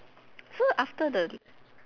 so after the